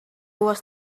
was